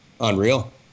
unreal